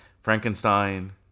Frankenstein